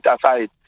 aside